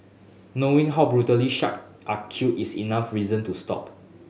knowing how brutally shark are killed is enough reason to stop